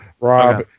Rob